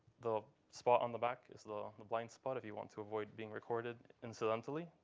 the spot on the back is the the blind spot if you want to avoid being recorded incidentally.